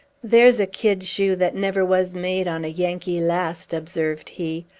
there's a kid shoe that never was made on a yankee last, observed he.